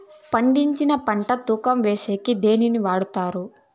పండించిన పంట తూకం వేసేకి దేన్ని వాడతారు?